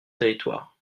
territoires